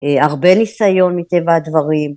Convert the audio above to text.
הרבה ניסיון מטבע הדברים